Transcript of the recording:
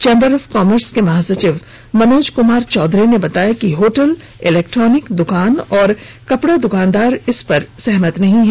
chamber of commerce के महासचिव मनोज कुमार चौधरी ने बताया कि होटल इलेक्ट्रॉनिक दुकान और कपड़ा दुकानदार इस पर सहमत नहीं हुए हैं